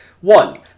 One